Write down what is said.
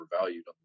overvalued